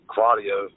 Claudio